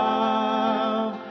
Love